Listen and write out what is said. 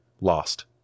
lost